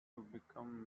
become